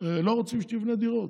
לא רוצים שתבנה דירות.